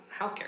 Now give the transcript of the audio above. healthcare